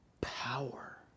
power